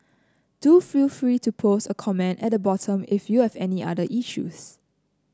do feel free to post a comment at the bottom if you have any other issues